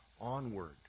onward